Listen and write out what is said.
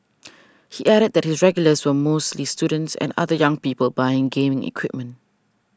he added that his regulars were mostly students and other young people buying gaming equipment